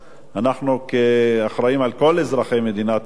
אנחנו אחראים לכל אזרחי מדינת ישראל,